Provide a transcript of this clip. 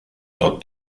dort